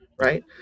right